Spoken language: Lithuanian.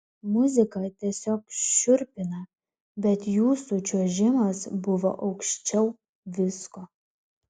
muzika tiesiog šiurpina bet jūsų čiuožimas buvo aukščiau visko